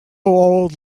old